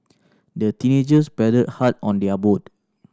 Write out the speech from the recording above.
the teenagers paddled hard on their boat